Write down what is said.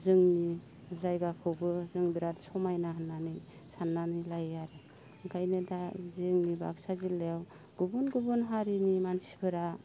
जोंनि जायगाखौबो जों बिराद समायना होननानै साननानै लायो आरो ओंखायनो दा जोंनि बाक्सा जिल्लायाव गुबुन गुबुन हारिनि मानसिफोरा